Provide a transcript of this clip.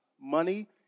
money